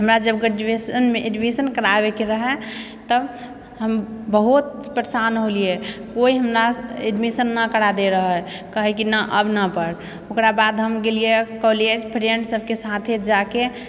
हमरा जब ग्रेजुएशनमे एडमिशन कराबैके रहै तब हम बहुत परेशान होलिए कोइ हमरा एडमिशन नहि कराबै रहै कहै कि नहि आब नहि पढ़ ओकरा बाद हम गेलिए कॉलेज फ्रेन्ड्स सबके साथे जाकऽ